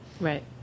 right